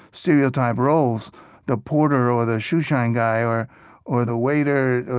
stereotyped roles the porter or the shoeshine guy or or the waiter,